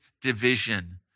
division